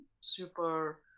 super